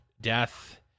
Death